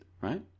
right